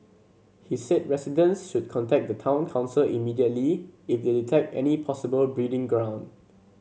he said residents should contact the town council immediately if they detect any possible breeding ground